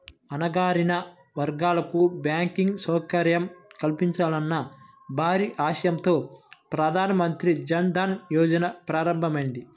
అణగారిన వర్గాలకు బ్యాంకింగ్ సౌకర్యం కల్పించాలన్న భారీ ఆశయంతో ప్రధాన మంత్రి జన్ ధన్ యోజన ప్రారంభమైంది